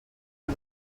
amb